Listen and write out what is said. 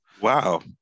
Wow